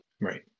right